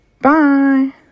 Bye